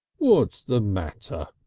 what's the matter?